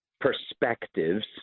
perspectives